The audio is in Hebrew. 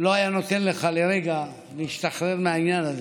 לא היה נותן לך לרגע להשתחרר מהעניין הזה.